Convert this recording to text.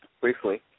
briefly